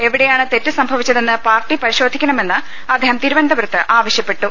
എവിടെയാണ് തെറ്റ് സംഭവിച്ചതെന്ന് പാർട്ടി പരി ശോധിക്കണമെന്ന് അദ്ദേഹം തിരുവനുന്തപുരത്ത് ആവശ്യപ്പെട്ടു